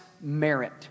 merit